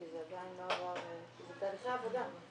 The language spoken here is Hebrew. זה בתהליכי עבודה.